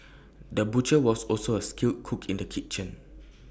the butcher was also A skilled cook in the kitchen